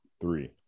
three